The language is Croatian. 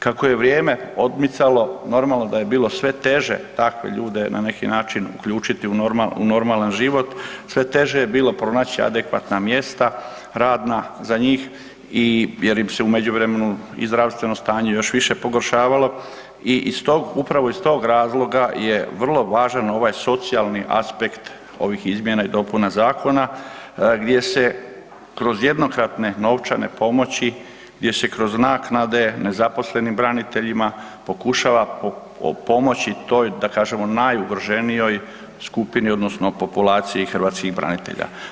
Kako je vrijeme odmicalo normalno da je bilo sve teže takve ljude na neki način uključiti u normalan život, sve teže je bilo pronaći adekvatna mjesta radna za njih i, jer im se u međuvremenu i zdravstveno stanje još više pogoršavalo i iz tog, upravo iz tog razloga je vrlo važan ovaj socijalni aspekt ovih izmjena i dopuna zakona gdje se kroz jednokratne novčane pomoći, gdje se kroz naknade nezaposlenim braniteljima pokušava pomoći toj da kažemo najugroženijoj skupini odnosno populaciji hrvatskih branitelja.